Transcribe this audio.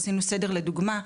עשינו סדר לדוגמא.